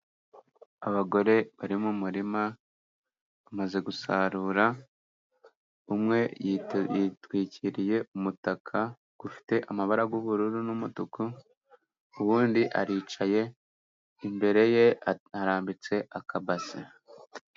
Abagore bari mu murima bamaze gusarura, umwe yitwikiriye umutaka ufite amabara y'ubururu n'umutuku, uwundi aricaye, imbere ye harambitse akabase.